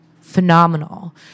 phenomenal